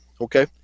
okay